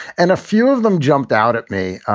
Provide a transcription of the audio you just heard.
and a few of them jumped out at me.